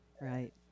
right